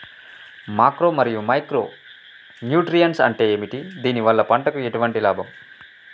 Macro మరియు micro nutrients అంటే ఏమిటి? దీనివల్ల పంటకు ఎటువంటి లాభం?